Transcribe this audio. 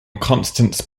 constance